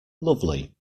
lovely